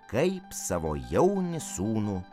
kaip savo jaunį sūnų